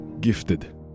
gifted